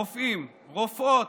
רופאים, רופאות,